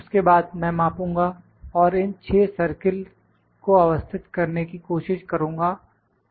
उसके बाद मैं मापुंगा और इन 6 सर्किल को अवस्थित करने की कोशिश करुंगा बेलनो को नहीं